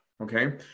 Okay